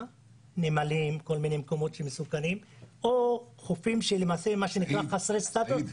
בכל מיני מקומות מסוכנים או חופים שנקראים "חסרי סטטוס",